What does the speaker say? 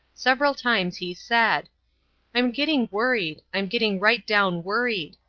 several times he said i'm getting worried, i'm getting right down worried.